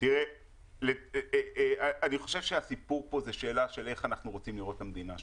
אני חושב שהסיפור פה זה שאלה של איך אנחנו רוצים לראות את המדינה שלנו.